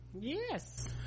Yes